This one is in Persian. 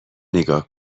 نیگا